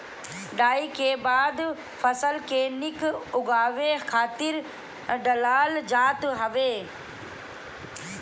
डाई के खाद फसल के निक उगावे खातिर डालल जात हवे